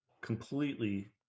completely